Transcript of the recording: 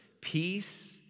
Peace